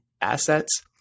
assets